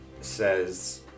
says